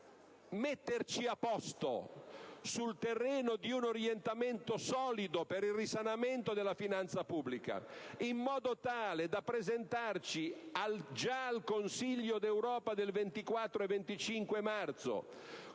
metterci a posto sul terreno di un orientamento solido per il risanamento della finanza pubblica, in modo tale da presentarci già al Consiglio europeo del 24 e 25 marzo